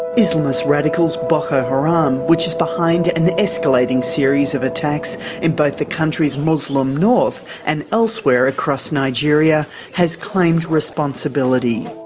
islamist radicals boko haram, um which is behind an escalating series of attacks in both the country's muslim north and elsewhere across nigeria, has claimed responsibility.